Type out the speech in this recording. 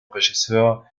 regisseur